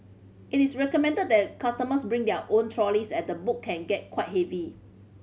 it is recommended that customers bring their own trolleys as the book can get quite heavy